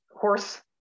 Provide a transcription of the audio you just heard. horse